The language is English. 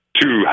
two